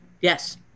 Yes